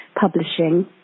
publishing